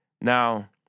Now